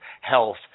health